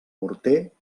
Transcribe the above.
morter